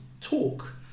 talk